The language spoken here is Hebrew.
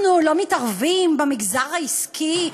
אנחנו לא מתערבים במגזר העסקי?